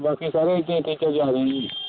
ਬਾਕੀ ਸਾਰੀਆਂ